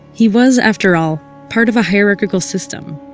he was, after all, part of a hierarchical system,